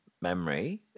memory